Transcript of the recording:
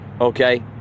Okay